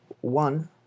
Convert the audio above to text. one